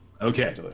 Okay